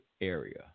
area